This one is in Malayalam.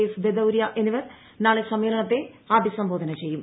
എസ് ബദൌരിയ എന്നിവർ നാളെ സമ്മേളനത്തെ അഭിസംബോധന ചെയ്യും